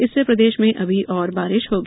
इससे प्रदेश में अभी और बारिश होगी